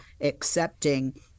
accepting